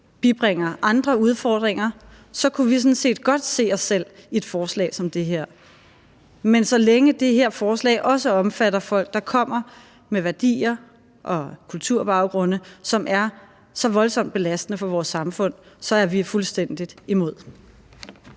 ikke bibringer andre udfordringer, så kunne vi sådan set godt se os selv i et forslag som det her. Men så længe det her forslag også omfatter folk, som kommer med værdier og kulturbaggrunde, som er så voldsomt belastende for vores samfund, er vi fuldstændig imod.